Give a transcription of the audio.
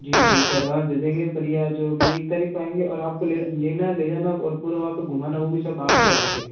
जी ठीक है एडवांस दे देंगे पर ये आज वो भी एक तारीख को आएंगे और आपको लाना है ले जाना और पूरा वहाँ पर घूमना वो भी सब आपका होगा फिर